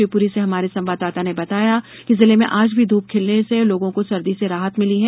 शिवपुरी से हमारे संवाददाता ने बताया है कि जिले में भी आज ध्रप खिलने लोगों को सर्दी से राहत मिली है